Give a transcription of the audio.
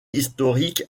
historique